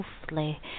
softly